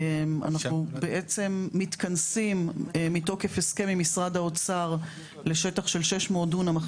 אנחנו בעצם מתכנסים מתוקף הסכם עם משרד האוצר לשטח של 600 דונם,